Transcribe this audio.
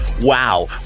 Wow